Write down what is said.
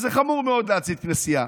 וזה חמור מאוד להצית כנסייה.